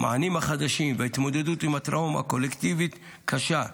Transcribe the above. המענים החדשים וההתמודדות עם הטראומה הקולקטיבית הקשה.